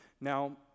now